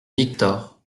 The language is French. victor